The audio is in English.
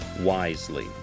wisely